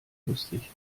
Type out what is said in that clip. lustig